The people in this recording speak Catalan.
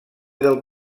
del